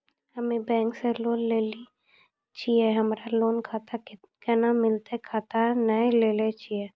हम्मे बैंक से लोन लेली छियै हमरा लोन खाता कैना मिलतै खाता नैय लैलै छियै?